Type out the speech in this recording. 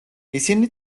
ისინი